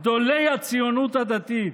גדולי הציונות הדתית.